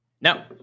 no